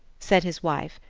said his wife,